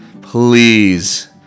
please